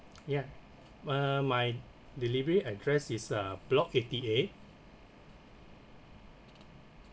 ya my my delivery address is uh block eighty eight